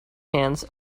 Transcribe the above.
hands